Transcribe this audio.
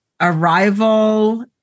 Arrival